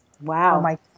Wow